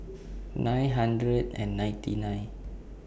nine hundred and ninety nine